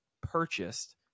purchased